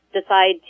decide